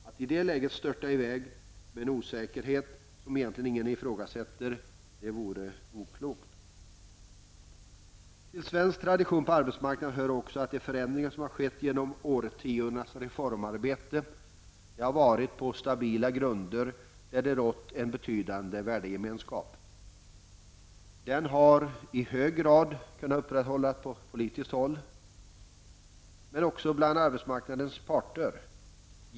Att i det läget störta i väg med en osäkerhet som egentligen ingen betvivlar vore oklokt. Till svensk tradition på arbetsmarknaden hör också att de förändringar som har skett genom årtionden av reformarbete har tillkommit stabila grunder och under en betydande värdgemenskap. Den har i hög grad kunnat upprätthållas på politiskt håll, men också bland arbetsmarknadens parter.